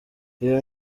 iyo